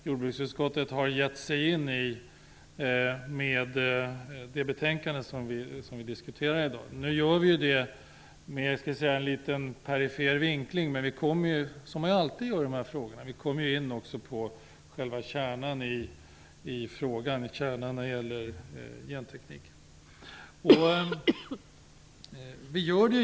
Jordbruksutskottet har gett sig in i detta i och med det betänkande vi diskuterar i dag. Det sker med en litet perifer vinkling, men som alltid i dessa frågor, kommer vi också in på själva kärnan i frågan om gentekniken.